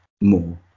more